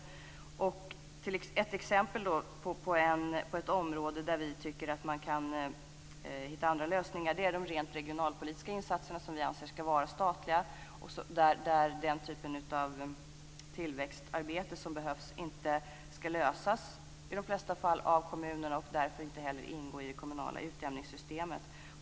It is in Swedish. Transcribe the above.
Ett exempel på ett område där vi tycker att man kan hitta andra lösningar är de rent regionalpolitiska insatserna, som vi anser skall vara statliga. I de flesta fall skall den typ av tillväxtarbete som behövs inte lösas av kommunerna, och därför skall detta inte heller ingå i det kommunala utjämningssystemet.